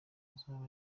azaba